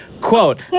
quote